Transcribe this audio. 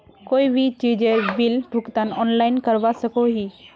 कोई भी चीजेर बिल भुगतान ऑनलाइन करवा सकोहो ही?